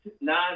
nine